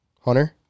Hunter